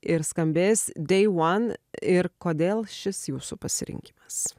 ir skambės day one ir kodėl šis jūsų pasirinkimas